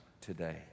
today